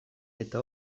eta